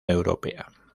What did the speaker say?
europea